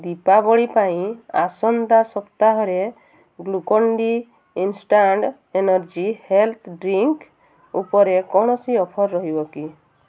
ଦୀପାବଳି ପାଇଁ ଆସନ୍ତା ସପ୍ତାହରେ Glucon D instant energy health drink ଉପରେ କୌଣସି ଅଫର୍ ରହିବ କି